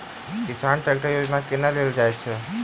किसान ट्रैकटर योजना केना लेल जाय छै?